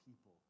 people